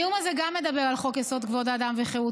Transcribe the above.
גם הנאום הזה מדבר על חוק-יסוד: כבוד האדם וחירותו.